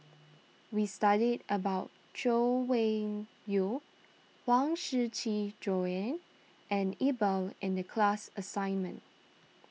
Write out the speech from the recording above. we studied about Chay Weng Yew Huang Shiqi Joan and Iqbal in the class assignment